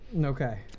Okay